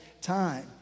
time